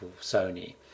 Sony